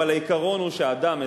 אבל העיקרון הוא שאדם,